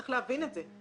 צריך להבין את זה.